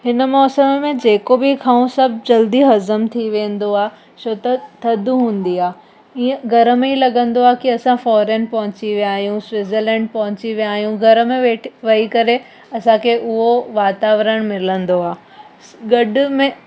हिन मौसम में जेको बि खाऊं सभु जल्दी हज़मु थी वेंदो आहे छो त थधि हूंदी आहे हीअं घर में ई लॻंदो आहे की असां फौरेन पहुची विया आहियूं स्विज़रलैंड पहुची विया आहियूं घर में वे वही करे असांखे उहो वातावरणु मिलंदो आहे गॾु में